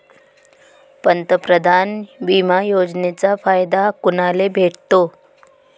पंतप्रधान बिमा योजनेचा फायदा कुनाले भेटतो?